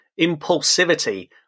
impulsivity